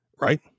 right